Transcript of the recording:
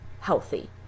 healthy